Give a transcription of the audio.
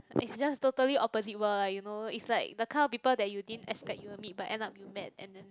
it's just like totally opposite world lah you know it's like the kind of people you didn't expect you'll meet but end up you met and then